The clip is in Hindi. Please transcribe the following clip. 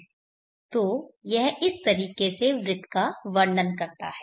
तो यह इस तरीके से वृत्त का वर्णन करता है